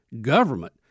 government